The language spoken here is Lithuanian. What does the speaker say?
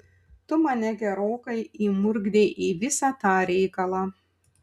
tu mane gerokai įmurkdei į visą tą reikalą